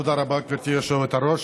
תודה רבה, גברתי היושבת-ראש.